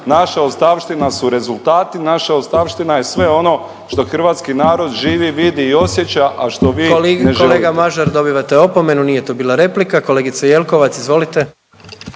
Naša ostavština su rezultati, naša ostavština je sve ono što hrvatski narod živi, vidi i osjeća, a što vi ne želite. **Jandroković, Gordan (HDZ)** Kolega Mažar dobivate opomenu nije to bila replika. Kolegice Jelkovac, izvolite.